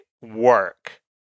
work